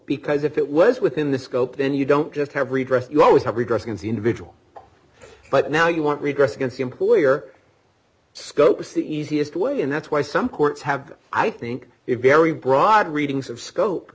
because if it was within the scope then you don't just have redress you always have redress and the individual but now you want redress against the employer scope is the easiest way and that's why some courts have i think it very broad readings of scope